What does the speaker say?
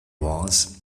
was